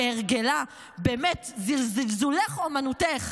כהרגלה, באמת, זלזולך אומנותך,